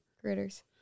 Critters